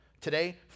Today